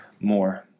more